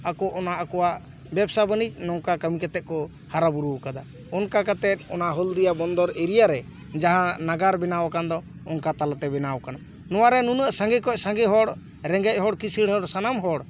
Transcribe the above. ᱟᱠᱚ ᱚᱱᱟ ᱟᱠᱚᱣᱟᱜ ᱵᱮᱵᱥᱟ ᱵᱟᱱᱤᱡᱽ ᱱᱚᱝᱠᱟ ᱠᱟᱹᱢᱤ ᱠᱟᱛᱮᱫ ᱠᱚ ᱦᱟᱨᱟ ᱵᱩᱨᱩᱣ ᱠᱟᱫᱟ ᱚᱱᱠᱟ ᱠᱟᱛᱮᱫ ᱚᱱᱟ ᱦᱳᱞᱫᱤᱭᱟ ᱵᱚᱱᱫᱚᱨ ᱮᱨᱤᱭᱟ ᱨᱮ ᱡᱟᱦᱟᱸ ᱱᱟᱜᱟᱨ ᱵᱮᱱᱟᱣ ᱠᱟᱱ ᱫᱚ ᱚᱱᱠᱟ ᱛᱟᱞᱟᱛᱮ ᱵᱮᱱᱟᱣ ᱠᱟᱱᱟ ᱱᱚᱣᱟ ᱨᱮ ᱱᱩᱱᱟᱹᱜ ᱥᱟᱸᱜᱮ ᱠᱷᱚᱱ ᱥᱟᱸᱜᱮ ᱦᱚᱲ ᱨᱮᱸᱜᱮᱡ ᱦᱚᱲ ᱠᱤᱥᱟᱹᱲ ᱦᱚᱲ ᱥᱟᱱᱟᱢ ᱦᱚᱲ